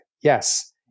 Yes